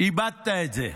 איבדת את זה.